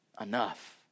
enough